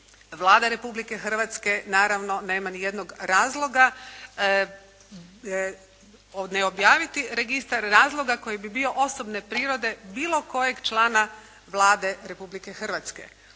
Vlada Republike Hrvatske naravno nema ni jednog razloga ne objaviti registar, razloga koji bi bio osobne prirode bilo kojeg člana Vlade Republike Hrvatske.